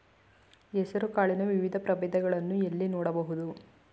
ಹೆಸರು ಕಾಳಿನ ವಿವಿಧ ಪ್ರಭೇದಗಳನ್ನು ಎಲ್ಲಿ ನೋಡಬಹುದು?